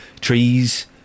trees